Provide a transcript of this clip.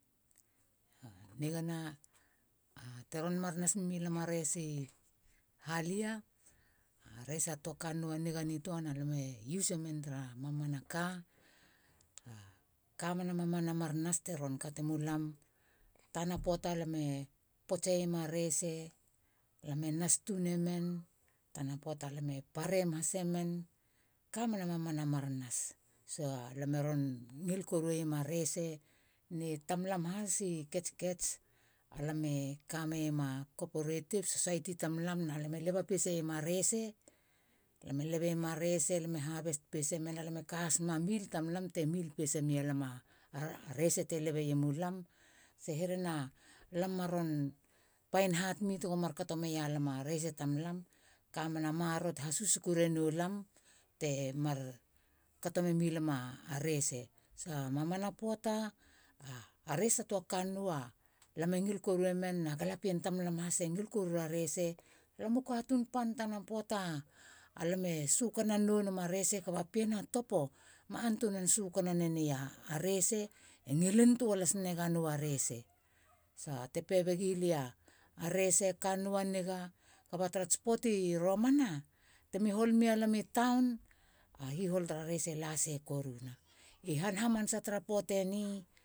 Nigana a teron mar nas memi lam a rese halia. rese tua kannou niganitoa na lam e use semen tara mamanaka. a ka e kamena mamana mar nas teron kate mulam tana poata lame potsima rese. lame nas tunemen. tana poata lame parem hase men, kamena mamana mar nas. so alam eron ngil koruema rese. ne tamlam has. tei ketskets, alam e kameiema a co- oporative society tamlam na lame leba pesa iema rese. lame lebeiema rese lame harvest pese men lame kahas ma mill tamlam te mill pesa mi alam arese te leba iemulam te herena, lam maron find hard mi tego ron mar kato mia lam a rese tamlam. Kamena maroro te hasusuku rano lam te e mar kato memi lam a rese. so mamana poata. a rese tua kannou alame ngil koruemen na galapien tamlam has. e ngil koru ra rese. lam u katun pan tana poata alam e sukanan nou nema rese kaba pien a topo ma antunan sukana nei a rese e ngilin toa lasina ga nou a rese sa te pebegilia a rese kannou a niga. kaba tarats poata romana temi hol mia i taun a hihol tara rese lase koruna i han hamanas tra poate ni.